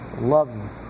love